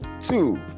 Two